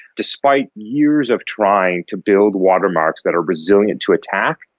despite years of trying to build watermarks that are resilient to attack,